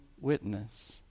witness